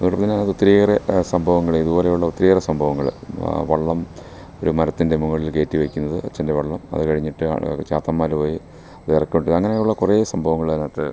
അവിടെ പിന്നെ ഒത്തിരിയേറെ സംഭവങ്ങൾ ഇത് പോലെയുള്ള ഒത്തിരിയേറെ സംഭവങ്ങൾ വള്ളം ഒരു മരത്തിൻ്റെ മുകളിൽ കയറ്റി വയ്ക്കുന്നത് അച്ഛൻ്റെ വള്ളം അത് കഴിഞ്ഞിട്ട് ആൾ ചാത്തമ്മാരുമായി വേറെ കൊണ്ട് അങ്ങനെയുള്ള കുറേ സംഭവങ്ങൾ അതിനകത്ത്